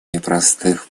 непростых